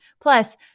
Plus